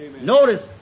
Notice